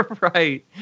right